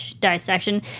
dissection